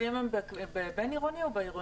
רוב ההרוגים הם בבין-עירוני או בעירוני?